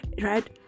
right